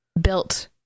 built